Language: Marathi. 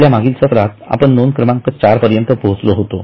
आपल्या मागील सत्रात आपण नोंद क्रमांक चार पर्यंत पोहचलो होतो